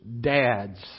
dads